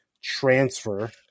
transfer